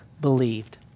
believed